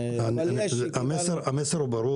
המסר הוא ברור.